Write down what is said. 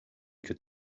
could